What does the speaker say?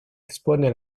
expone